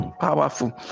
powerful